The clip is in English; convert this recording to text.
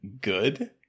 good